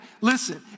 listen